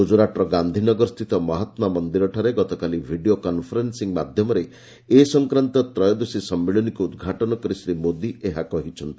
ଗୁଜରାଟର ଗାନ୍ଧିନଗର ସ୍ଥିତ ମହାତ୍ମା ମନ୍ଦିରଠାରେ ଗତକାଲି ଭିଡ଼ିଓ କନ୍ଫରେନ୍ନିଂ ମାଧ୍ୟମରେ ଏ ସଂକ୍ରାନ୍ତ ତ୍ରୟୋଦଶ ସମ୍ମିଳନୀକୁ ଉଦ୍ଘାଟନ କରି ଶ୍ରୀ ମୋଦୀ ଏହା କହିଛନ୍ତି